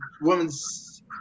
women's